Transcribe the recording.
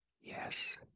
Yes